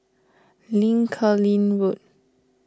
Lincoln Road